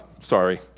Sorry